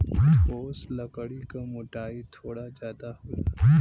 ठोस लकड़ी क मोटाई थोड़ा जादा होला